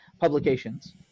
publications